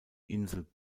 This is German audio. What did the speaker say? insel